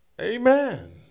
Amen